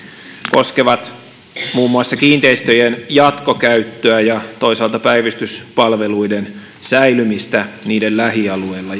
koskevat muun muassa kiinteistöjen jatkokäyttöä ja toisaalta päivystyspalveluiden säilymistä niiden lähialueilla